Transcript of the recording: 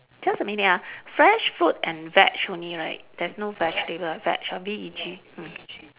just a minute ah fresh fruit and veg only right there's no vegetable veg ah V E G mm